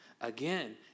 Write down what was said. again